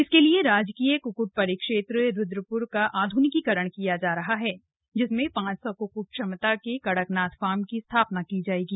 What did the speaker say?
इसके लिए राजकीय कुकुट परिक्षेत्र रुद्रपुर का आधुनिकीकरण किया जा रहा है जिसमें पांच सौ कुक्ट क्षमता के कड़कनाथ फार्म की स्थापना की जाएगी